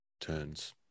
turns